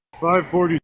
five forty